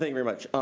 very much.